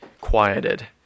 quieted